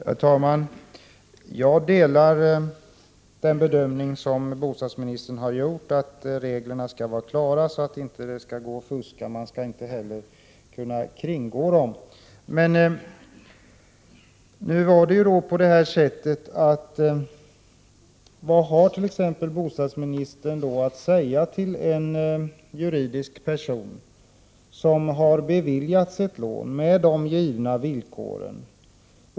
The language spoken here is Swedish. Herr talman! Jag delar bostadsministerns bedömning, att reglerna skall vara klara så att det inte skall gå att fuska, och man skall inte heller kunna kringgå dem. Men vad har bostadsministern att säga t.ex. till en juridisk person som har beviljats ett lån med de givna villkoren?